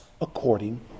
according